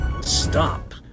Stop